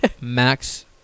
Max